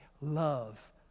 love